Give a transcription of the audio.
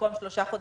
במקום 3 חודשים,